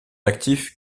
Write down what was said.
actif